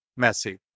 Messi